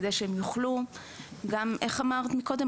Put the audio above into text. כדי שהם יוכלו גם, איך אמרת מקודם?